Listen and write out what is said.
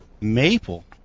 Maple